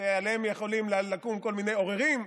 שעליהם יכולים לקום כל מיני עוררין.